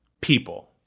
people